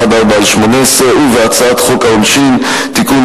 הצעת חוק העונשין (תיקון,